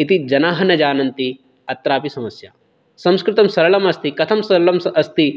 इति जनाः न जानन्ति अत्रापि समस्या संस्कृतं सरलमस्ति कथं सरलम् अस्ति